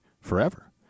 forever